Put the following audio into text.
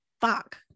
Fuck